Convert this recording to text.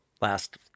last